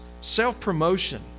self-promotion